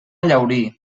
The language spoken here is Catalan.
llaurí